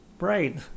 right